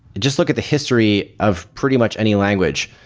just look at the history of pretty much any language,